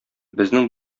безнең